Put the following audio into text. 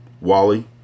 Wally